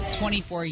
24